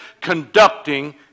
conducting